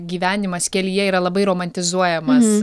gyvenimas kelyje yra labai romantizuojamas